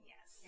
Yes